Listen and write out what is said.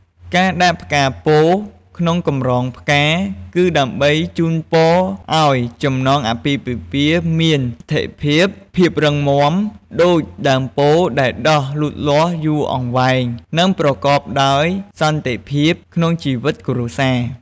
ការដាក់ផ្កាពោធិ៍ នៅក្នុងកម្រងផ្កា គឺដើម្បីជូនពរឱ្យចំណងអាពាហ៍ពិពពាហ៍មាន ស្ថេរភាព ភាពរឹងមាំ ដូចដើមពោធិ៍ដែលដុះលូតលាស់យូរអង្វែង និងប្រកបដោយ សន្តិភាព ក្នុងជីវិតគ្រួសារ។